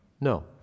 No